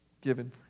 given